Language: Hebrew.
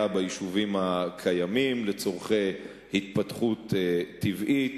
ביישובים הקיימים לצורכי התפתחות טבעית.